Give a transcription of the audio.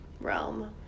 realm